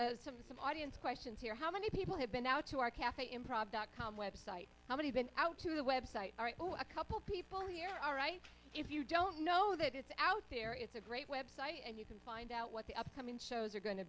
of audience questions here how many people have been out to our cafe improv dot com website how many been out to the web site are a couple people here all right if you don't know that it's out there it's a great website and you can find out what the upcoming shows are go